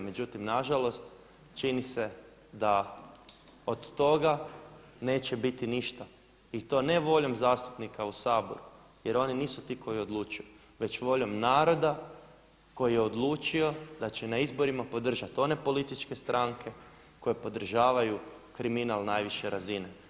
Međutim, na žalost čini se da od toga neće biti ništa i to ne voljom zastupnika u Saboru jer oni nisu ti koji odlučuju već voljom naroda koji je odlučio da će na izborima podržati one političke stranke koje podržavaju kriminal najviše razine.